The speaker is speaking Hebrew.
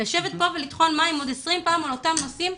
לשבת פה ולטחון מים עוד עשרים פעם על אותם נושאים?